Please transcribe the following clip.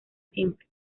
siempre